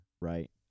right